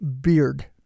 beard